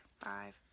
five